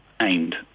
aimed